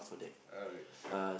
alright so